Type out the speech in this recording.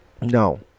No